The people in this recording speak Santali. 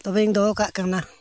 ᱛᱚᱵᱮᱧ ᱫᱚᱦᱚ ᱠᱟᱜ ᱠᱟᱱᱟ